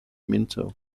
minto